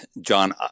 John